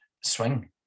swing